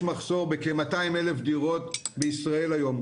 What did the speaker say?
מחסור בכ-200,000 דירות בישראל היום,